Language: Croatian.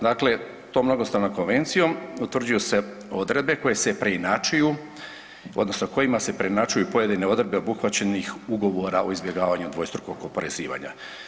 Dakle, tom mnogostranom konvencijom utvrđuju se odredbe koje se preinačuju odnosno kojima se preinačuju pojedine odredbe obuhvaćenih ugovora o izbjegavanju dvostrukog oporezivanja.